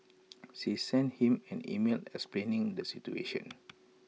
she sent him an email explaining the situation